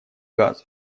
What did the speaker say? газы